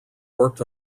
worked